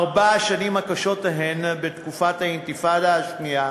ארבע השנים הקשות ההן בתקופת האינתיפאדה השנייה